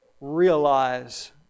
realize